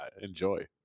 Enjoy